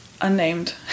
unnamed